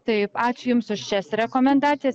taip ačiū jums už šias rekomendacijas